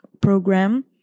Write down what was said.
program